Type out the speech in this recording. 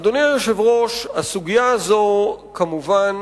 אדוני היושב-ראש, הסוגיה הזו כמובן